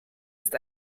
ist